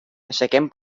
aixequem